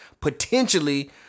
potentially